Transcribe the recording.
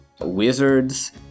wizards